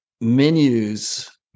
menus